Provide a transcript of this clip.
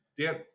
Dan